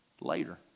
later